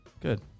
Good